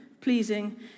Pleasing